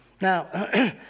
Now